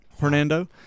Hernando